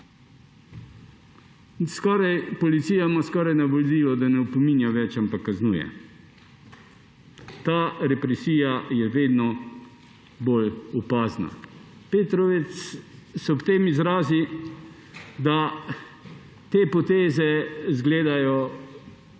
Policija ima skoraj navodila, da ne opominja več, ampak kaznuje. Ta represija je vedno bolj opazna. Petrovec se ob tem izrazi, da te poteze izgledajo